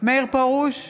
מאיר פרוש,